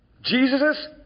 Jesus